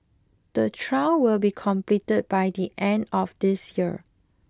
the trial will be completed by the end of this year